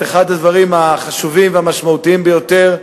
אחד הדברים החשובים והמשמעותיים ביותר,